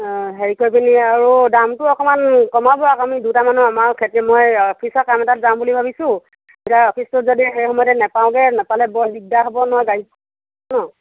অ হেৰি কৰি মেলি আৰু দামটো অকণমান কমাওক আমি দুটা মানুহ আমাৰ খেতি মই অফিচৰ কাম এটাত যাম বুলি ভাবিছোঁ এতিয়া অফিচটো যদি সেই সময়মতে নাপাওঁগৈ নাপালে বৰ দিগদাৰ হ'ব নহয় অ